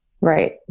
Right